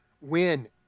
win